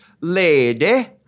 lady